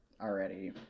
already